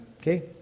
okay